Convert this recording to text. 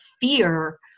fear